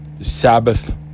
sabbath